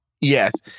yes